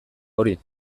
hori